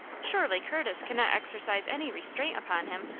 surely curtis cannot exercise any restraint upon him?